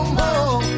more